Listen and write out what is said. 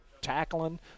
tackling